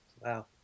Wow